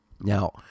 Now